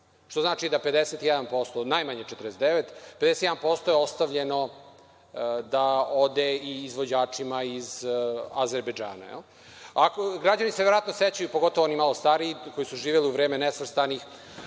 što znači da 51% najmanje 49%, 51% ostavljeno da ode i izvođačima iz Azerbejdžana. Građani se verovatno sećaju, pogotovo stariji, koji su živeli u vreme nesvrstanih.